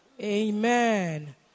Amen